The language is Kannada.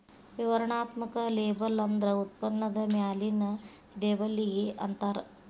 ವಿವರಣಾತ್ಮಕ ಲೇಬಲ್ ಅಂದ್ರ ಉತ್ಪನ್ನದ ಮ್ಯಾಲಿನ್ ಲೇಬಲ್ಲಿಗಿ ಅಂತಾರ